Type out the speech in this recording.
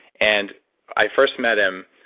and i first met him,